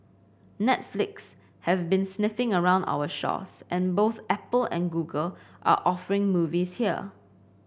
netflix has been sniffing around our shores and both Apple and Google are offering movies here